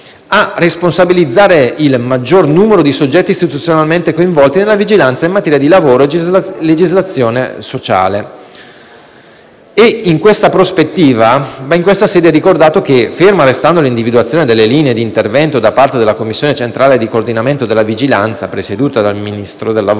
a responsabilizzare il maggior numero di soggetti istituzionalmente coinvolti nella vigilanza in materia di lavoro e legislazione sociale. In tale prospettiva va in questa sede ricordato che, ferma restando l'individuazione delle linee di intervento da parte della commissione centrale di coordinamento della vigilanza, presieduta dal Ministro del lavoro,